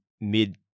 mid